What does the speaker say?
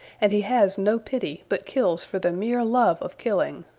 and he has no pity, but kills for the mere love of killing.